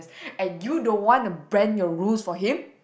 and you don't want to brand your rules for him